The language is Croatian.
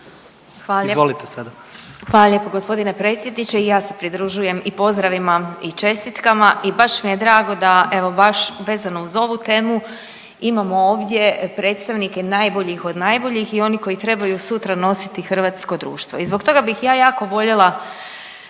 Hvala lijepo g. predsjedniče. I ja se pridružujem i pozdravima i čestitkama i baš mi je drago da evo baš vezano uz ovu temu imamo ovdje predstavnike najboljih od najboljih i oni koji trebaju sutra nositi hrvatsko društvo. I zbog toga bih ja jako voljela